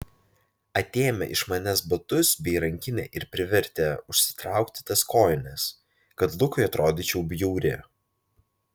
atėmė iš manęs batus bei rankinę ir privertė užsitraukti tas kojines kad lukui atrodyčiau bjauri